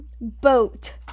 Boat